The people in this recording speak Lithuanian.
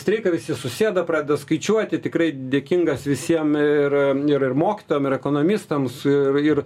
streiką visi susėda pradeda skaičiuoti tikrai dėkingas visiem ir ir ir mokytojam ir ekonomistams ir ir